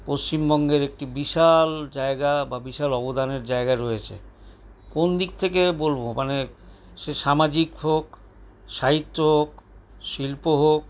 পশ্চিমবঙ্গের একটি বিশাল জায়গা বা বিশাল অবদানের জায়গা রয়েছে কোন দিক থেকে বলব মানে সে সামাজিক হোক সাহিত্য হোক শিল্প হোক